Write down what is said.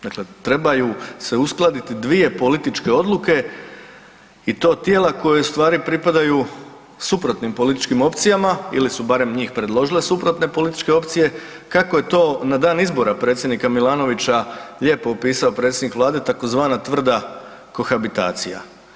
Dakle, trebaju se uskladiti dvije političke odluke i to tijela koja u stvari pripadaju suprotnim političkim opcijama, ili su barem njih predložile suprotne političke opcije, kako je to na dan izbora predsjednika Milanovića lijepo opisao predsjednik Vlade, tzv. tvrda kohabitacija.